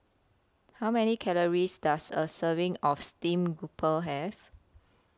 How Many Calories Does A Serving of Steamed Grouper Have